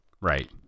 Right